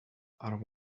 are